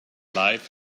life